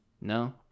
No